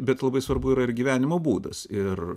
bet labai svarbu yra ir gyvenimo būdas ir